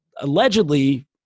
allegedly